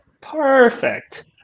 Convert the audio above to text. Perfect